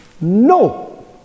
No